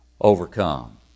overcome